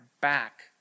back